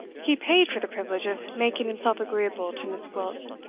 he paid for the privilege of making himself agreeable to miss gwilt.